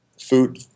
food